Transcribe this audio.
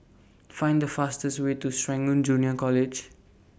Find The fastest Way to Serangoon Junior College